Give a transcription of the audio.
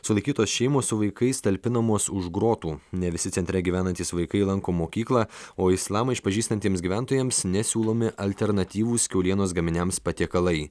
sulaikytos šeimos su vaikais talpinamos už grotų ne visi centre gyvenantys vaikai lanko mokyklą o islamą išpažįstantiems gyventojams nesiūlomi alternatyvūs kiaulienos gaminiams patiekalai